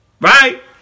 Right